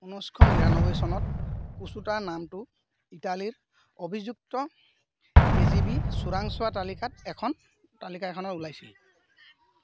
ঊনৈছশ নিৰানব্বৈ চনত কোছুট্টাৰ নামটো ইটালীৰ অভিযুক্ত কে জি বি চোৰাংচোৱাৰ তালিকা এখন তালিকাখনত ওলাইছিল